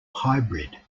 hybrid